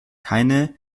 keine